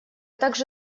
также